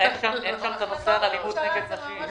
אין שם את הנושא על אלימות נגד נשים.